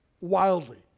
Wildly